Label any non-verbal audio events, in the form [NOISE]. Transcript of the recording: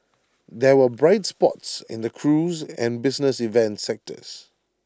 [NOISE] there were bright spots in the cruise and business events sectors